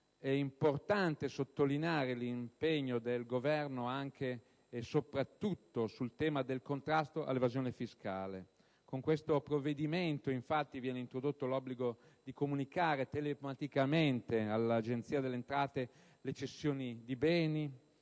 È importante sottolineare l'impegno del Governo anche e soprattutto sul tema del contrasto all'evasione fiscale. Con questo provvedimento, infatti, viene introdotto l'obbligo di comunicare telematicamente all'Agenzia delle entrate le cessioni di beni